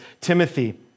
Timothy